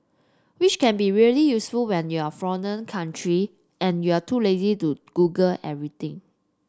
which can be really useful when you're in a foreign country and you're too lazy to Google everything